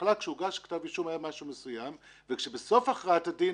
בהתחלה כשהוגש כתב אישום היה משהו מסוים וכשבסוף הכרעת הדין,